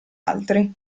altri